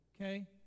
Okay